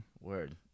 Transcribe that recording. Word